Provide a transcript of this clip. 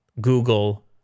Google